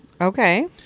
Okay